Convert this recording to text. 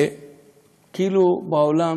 שכאילו בעולם